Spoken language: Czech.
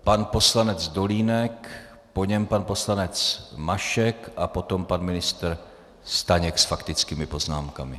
Pan poslanec Dolínek, po něm pan poslanec Mašek a potom pan ministr Staněk s faktickými poznámkami.